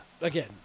again